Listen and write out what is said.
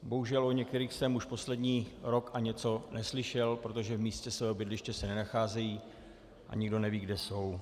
Bohužel o některých jsem už poslední rok a něco neslyšel, protože v místě svého bydliště se nenacházejí, nikdo neví, kde jsou.